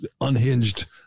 unhinged